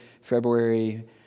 February